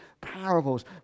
parables